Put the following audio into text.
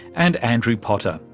and andrew potter,